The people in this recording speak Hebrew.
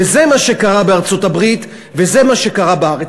וזה מה שקרה בארצות-הברית, וזה מה שקרה בארץ.